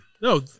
No